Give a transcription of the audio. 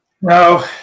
No